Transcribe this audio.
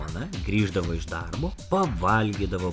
na grįždavo iš darbo pavalgydavo